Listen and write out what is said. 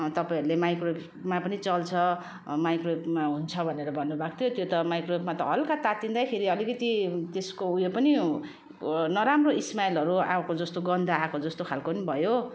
तपाईँहरूले माइक्रोभमा पनि चल्छ माइक्रोवेभमा हुन्छ भनेर भन्नु भएको थियो त्यो त माइक्रोवेभमा त हल्का तातिँदाखेरि अलिकति त्यसको उयो पनि नराम्रो स्मेलहरू आएको जस्तो गन्ध आएको जस्तो खाले भयो